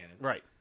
Right